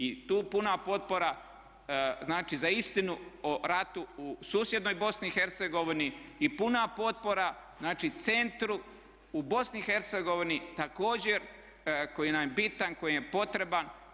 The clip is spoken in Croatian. I tu puna potpora znači za istinu o ratu u susjednoj BiH i puna potpora znači centru u BiH također koji nam je bitan, koji nam je potreban.